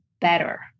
better